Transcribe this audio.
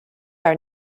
are